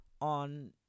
on